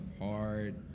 hard